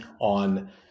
on